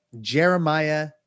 Jeremiah